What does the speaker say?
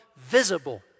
visible